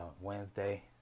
Wednesday